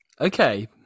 Okay